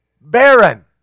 Baron